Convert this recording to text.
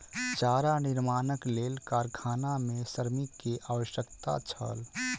चारा निर्माणक लेल कारखाना मे श्रमिक के आवश्यकता छल